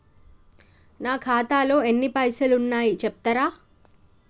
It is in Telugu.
నా ఖాతాలో ఎన్ని పైసలు ఉన్నాయి చెప్తరా?